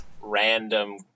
random